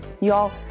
Y'all